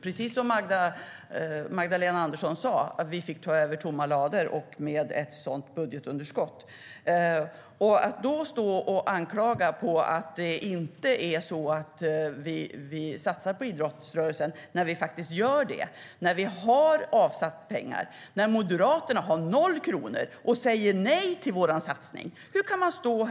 Precis som Magdalena Andersson sa fick vi ta över tomma lador med ett sådant budgetunderskott. Att då stå och klaga på att vi inte skulle satsa på idrottsrörelsen, när vi faktiskt gör det och har avsatt pengar, medan Moderaterna har 0 kronor och säger nej till vår satsning, är inte ärligt, tycker jag.